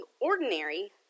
ordinary